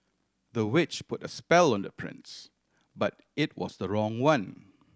the witch put a spell on the prince but it was the wrong one